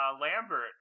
Lambert